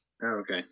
Okay